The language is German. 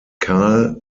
kahl